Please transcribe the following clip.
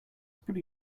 pretty